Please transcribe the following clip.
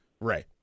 Ray